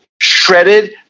shredded